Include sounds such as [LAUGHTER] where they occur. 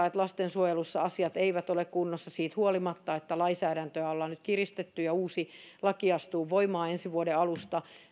[UNINTELLIGIBLE] että lastensuojelussa asiat eivät ole kunnossa siitä huolimatta että lainsäädäntöä on nyt kiristetty ja uusi laki astuu voimaan ensi vuoden alusta